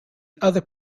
other